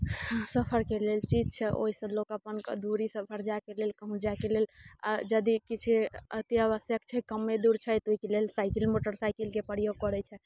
सफरके लेल चीज छै ओइसँ लोक अपन दूरी सफर जाएके लेल कहूँ जाएके लेल यदि किछु अत्यावश्यक छै कमे दूर छै तऽ ओहिके लेल साइकिल मोटरसाइकिलके प्रयोग करैत छै